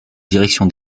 direction